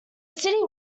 city